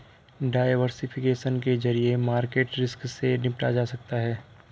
diversification के जरिए market risk से निपटा जा सकता है